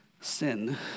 sin